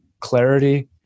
clarity